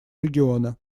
региона